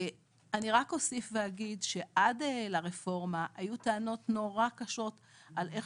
אני אוסיף ואגיד שעד לרפורמה היו טענות נורא קשות איך